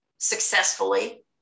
successfully